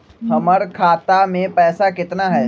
हमर खाता मे पैसा केतना है?